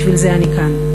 בשביל זה אני כאן.